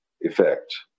effect